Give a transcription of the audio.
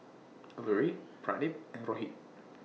Alluri Pradip and Rohit